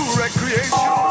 recreation